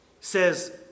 says